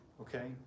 okay